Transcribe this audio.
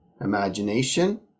imagination